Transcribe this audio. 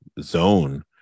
zone